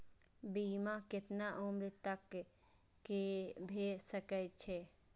बीमा केतना उम्र तक के भे सके छै?